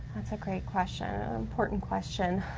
that's a great question important question.